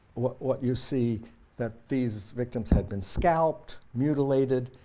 what what you see that these victims had been scalped, mutilated,